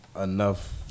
enough